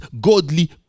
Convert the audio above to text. godly